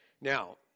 Now